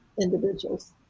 individuals